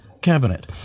cabinet